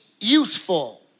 useful